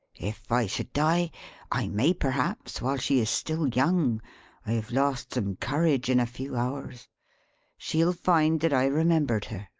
if i should die i may perhaps while she is still young i have lost some courage in a few hours she'll find that i remembered her,